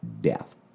death